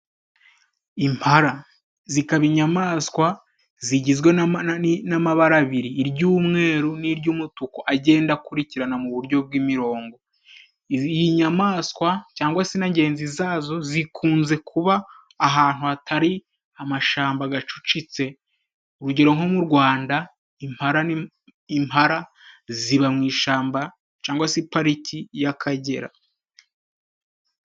Impala zikaba inyamaswa zigizwe n'amanani n'amabara abiri, iry'umweru n'iry'umutuku agenda akurikirana mu buryo bw'imirongo. Izi nyamaswa cyangwa se na ngenzi zazo, zikunze kuba ahantu hatari amashamba gacucitse. Urugero nko mu Rwanda, impala, ziba mu ishamba cyangwa se pariki y'Akagera.